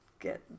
get